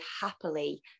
happily